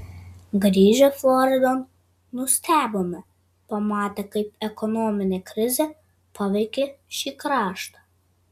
grįžę floridon nustebome pamatę kaip ekonominė krizė paveikė šį kraštą